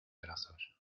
brazos